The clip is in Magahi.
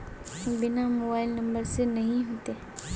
बिना मोबाईल नंबर से नहीं होते?